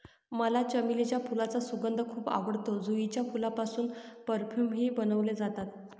मला चमेलीच्या फुलांचा सुगंध खूप आवडतो, जुईच्या फुलांपासून परफ्यूमही बनवले जातात